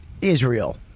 Israel